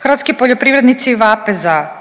Hrvatski poljoprivrednici vape za